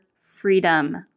freedom